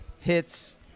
hits